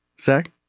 Zach